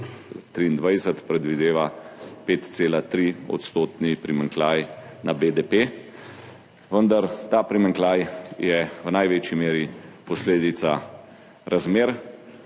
2023 predvideva 5,3-odstotni primanjkljaj na BDP. Vendar je ta primanjkljaj v največji meri posledica razmer